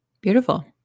Beautiful